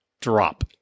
drop